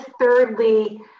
thirdly